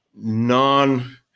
non